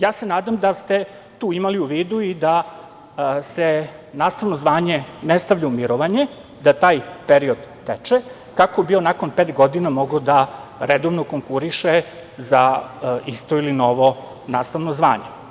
Ja se nadam da ste tu imali u vidu i da se nastavno zvanje ne stavlja u mirovanje, da taj period teče, kako bi on nakon pet godina mogao da redovno konkuriše za isto ili novo nastavno zvanje.